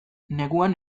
neguan